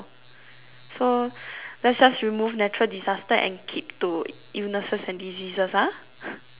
so let's just remove natural disasters and keep to illnesses and diseases ah